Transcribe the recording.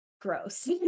gross